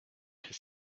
his